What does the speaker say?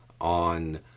on